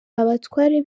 abatware